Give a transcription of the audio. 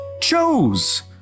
Chose